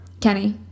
Kenny